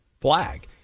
flag